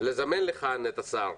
לזמן לכאן את השר,